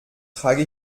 trage